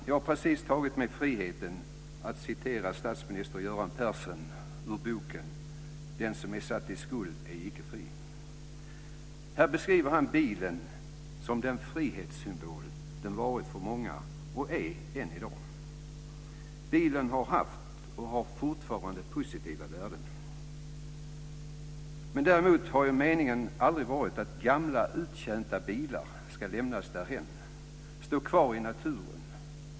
Jag har precis tagit mig friheten att citera statsminister Göran Persson ur boken Den som är satt i skuld är icke fri. Här beskriver han bilen som den frihetssymbol den varit för många och är än i dag. Bilen har haft och har fortfarande positiva värden. Däremot har ju meningen aldrig varit att gamla uttjänta bilar ska lämnas därhän och stå kvar i naturen.